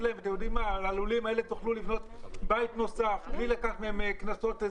להם שללולים האלה תוכלו לבנות בית נוסף בלי לקחת מהם קנסות.